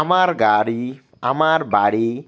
আমার গাড়ি আমার বাড়ি